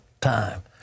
time